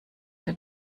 der